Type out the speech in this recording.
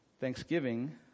Thanksgiving